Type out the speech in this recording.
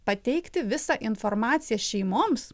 pateikti visą informaciją šeimoms